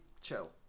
chill